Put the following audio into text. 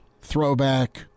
throwback